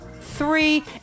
three